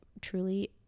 truly